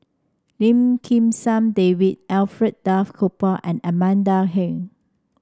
Lim Kim San David Alfred Duff Cooper and Amanda Heng